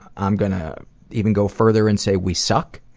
i'm gonna even go further and say we suck,